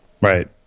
Right